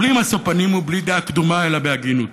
בלי משוא פנים ובלי דעה קדומה, אלא בהגינות.